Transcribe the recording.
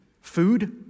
food